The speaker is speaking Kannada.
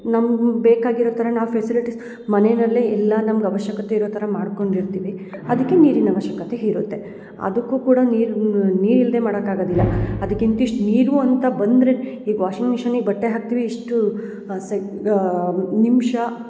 ನಮ್ಗೆ ಬೇಕಾಗಿರೋ ಥರ ನಾವು ಫೆಸಿಲಿಟೀಸ್ ಮನೆನಲ್ಲಿ ಎಲ್ಲ ನಮ್ಗೆ ಆವಶ್ಯಕತೆ ಇರೋ ಥರ ಮಾಡ್ಕೊಂಡು ಇರ್ತೀವಿ ಅದಕ್ಕೆ ನೀರಿನ ಆವಶ್ಯಕತೆ ಇರುತ್ತೆ ಅದಕ್ಕು ಕೂಡ ನೀರು ನೀರು ಇಲ್ದೇ ಮಾಡಕ್ಕೆ ಆಗದಿಲ್ಲ ಅದಕ್ಕೆ ಇಂತಿಷ್ಟು ನೀರು ಅಂತ ಬಂದರೆ ಈಗ ವಾಷಿಂಗ್ ಮಿಷಿನ್ಗ್ ಬಟ್ಟೆ ಹಾಕ್ತಿವಿ ಇಷ್ಟು ಸೆಕ್ ನಿಮಿಷ